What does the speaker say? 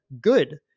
good